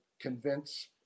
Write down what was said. convince